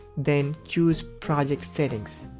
then choose project settings,